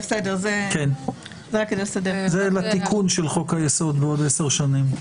זה לתיקון של חוק-היסוד בעוד עשר שנים.